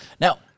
Now